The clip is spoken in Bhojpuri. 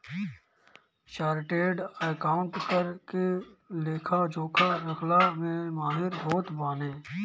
चार्टेड अकाउंटेंट कर के लेखा जोखा रखला में माहिर होत बाने